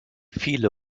viele